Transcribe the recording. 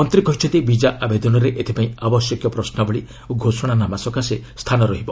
ମନ୍ତ୍ରୀ କହିଛନ୍ତି ବିଜା ଆବେଦନରେ ଏଥିପାଇଁ ଆବଶ୍ୟକୀୟ ପ୍ରଶ୍ରାବଳୀ ଓ ଘୋଷଣାନାମା ସକାଶେ ସ୍ଥାନ ରହିବ